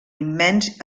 immens